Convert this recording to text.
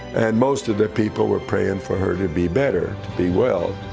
and most of the people were praying for her to be better, to be well,